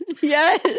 Yes